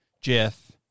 Jeff